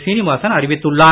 சீனிவாசன் அறிவித்துள்ளார்